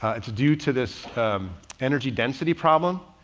it's a due to this energy density problem.